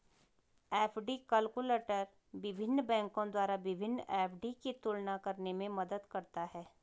FD calculator विभिन्न बैंकों द्वारा विभिन्न एफ.डी की तुलना करने में मदद करता है